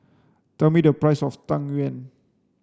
tell me the price of tang yuen